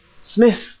Smith